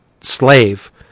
slave